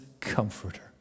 comforter